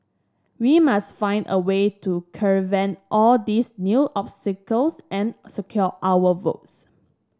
we must find a way to circumvent all these new obstacles and secure our votes